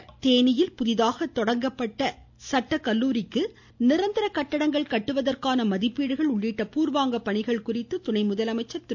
பன்னீர்செல்வம் தேனியில் புதிதாக தொடங்கப்பட்ட சட்டக்கல்லூரிக்கு நிரந்தர கட்டடங்கள் கட்டுவதற்கான மதிப்பீடுகள் உள்ளிட்ட பூர்வாங்க பணிகள் குறித்து துணை முதலமைச்சர் திரு